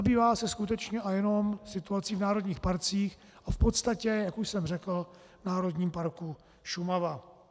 Zabývá se skutečně a jenom situací v národních parcích a v podstatě, jak už jsem řekl, v Národním parku Šumava.